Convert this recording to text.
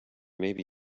maybe